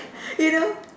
you know